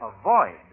avoid